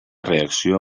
reacció